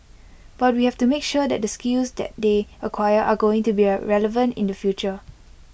but we have to make sure that the skills that they acquire are going to be relevant in the future